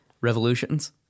Revolutions